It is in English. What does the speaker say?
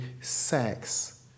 sex